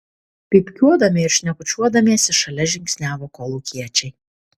pypkiuodami ir šnekučiuodamiesi šalia žingsniavo kolūkiečiai